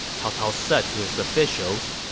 cao cao said to his officials.